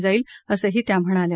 जाईल असंही त्या म्हणाल्या